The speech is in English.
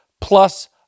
plus